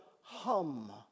hum